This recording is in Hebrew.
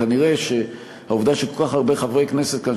כנראה העובדה שכל כך הרבה חברי כנסת כאן,